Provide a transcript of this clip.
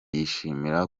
yishimira